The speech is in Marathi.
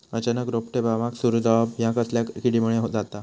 अचानक रोपटे बावाक सुरू जवाप हया कसल्या किडीमुळे जाता?